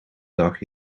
dag